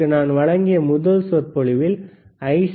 உங்களுக்கு நான் வழங்கிய முதல் சொற்பொழிவில் ஐ